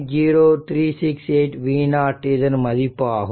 368v0 இதன் மதிப்பு ஆகும்